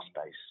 space